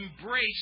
embrace